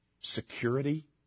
security